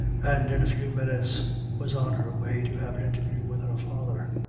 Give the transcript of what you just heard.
and in a few minutes was on her way to have an interview with her father.